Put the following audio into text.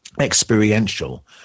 experiential